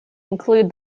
include